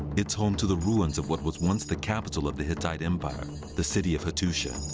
it's home to the ruins of what was once the capital of the hittite empire the city of hattusha.